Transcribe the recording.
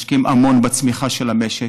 משקיעים המון בצמיחה של המשק.